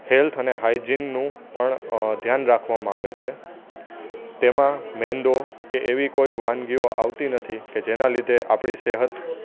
health અને હાઇજિનનું પણ ધ્યાન રાખવામાં આવે છે તેમાં મેંદો કે એવી કોઈ વાનગીઓ આવતી નથી કે જેના લીધે આપણી સેહત